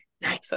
Nice